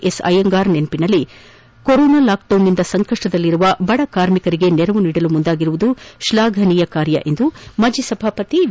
S Iyengar ನೆನಒನಲ್ಲಿ corona ಲಾಕ್ಡೌನ್ನಿಂದ ಸಂಕಷ್ಷದಲ್ಲಿರುವ ಬಡ ಕಾರ್ಮಿಕರಿಗೆ ನೆರವು ನೀಡಲು ಮುಂದಾಗಿರುವುದು ಶ್ಲಾಘನೀಯ ಕಾರ್ಯ ಎಂದು ಮಾಜಿ ಸಭಾಪತಿ ವಿ